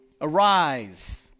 Arise